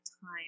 time